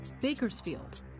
Bakersfield